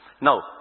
Now